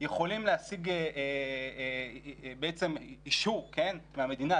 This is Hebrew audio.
יכולים להשיג אישור מהמדינה,